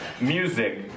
music